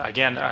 Again